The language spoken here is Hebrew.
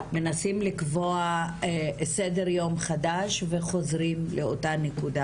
מנסים לקבוע סדר יום חדש וחוזרים לאותה נקודה